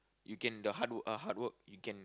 you can the hard work ah hard work you can